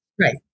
Right